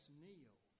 kneel